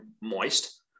moist